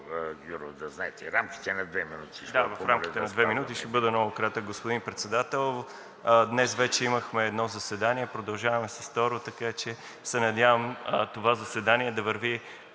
да знаете. АНДРЕЙ ГЮРОВ: Да, в рамките на две минути – ще бъда много кратък, господин Председател. Днес вече имахме едно заседание, продължаваме с второ, така че се надявам това заседание да върви